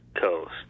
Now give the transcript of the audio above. Coast